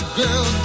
girl